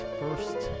first